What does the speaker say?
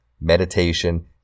meditation